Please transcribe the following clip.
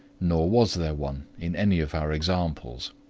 nor was there one in any of our examples.